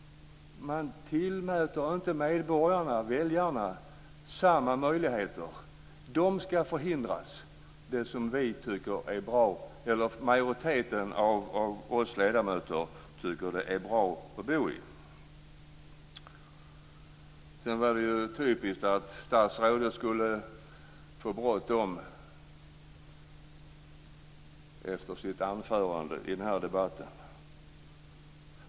Man tillmäter inte medborgarna, väljarna, samma möjligheter. De skall förhindras att bo på det sätt som majoriteten av oss ledamöter tycker är bra. Det var typiskt att statsrådet fick bråttom efter sitt anförande i den här debatten.